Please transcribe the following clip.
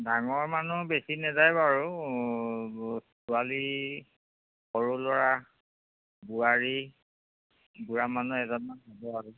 ডাঙৰ মানুহ বেছি নেযায় বাৰু ছোৱালী সৰু ল'ৰা বোৱাৰী বুঢ়া মানুহ এজন হ'ব আৰু